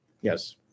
Yes